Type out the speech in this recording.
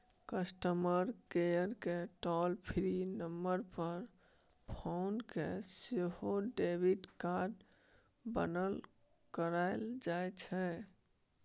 customer केयरकेँ toll free number पर phone कए सेहो डेबिट कार्ड बन्न कराएल जाइ छै